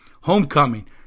Homecoming